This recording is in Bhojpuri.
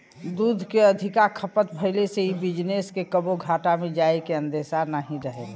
दूध के अधिका खपत भइले से इ बिजनेस के कबो घाटा में जाए के अंदेशा नाही रहेला